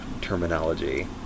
terminology